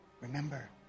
Remember